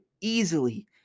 easily